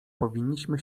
powinniśmy